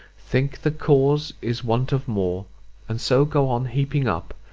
think the cause is want of more and so go on heaping up,